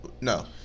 no